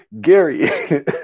Gary